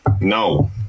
No